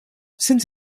since